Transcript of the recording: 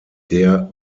der